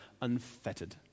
unfettered